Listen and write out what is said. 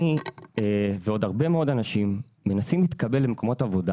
אני ועוד הרבה מאוד אנשים מנסים להתקבל למקומות עבודה